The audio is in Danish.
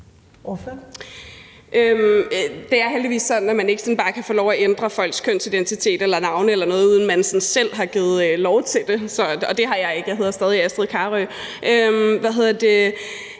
Det er heldigvis sådan, at man ikke bare sådan kan få lov at ændre folks kønsidentitet eller navne eller noget, uden at personen selv har givet lov til det. Og det har jeg ikke, jeg hedder stadig Astrid Carøe.